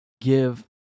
give